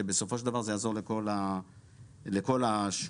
שבסופו של דבר זה יעזור לכל השוק.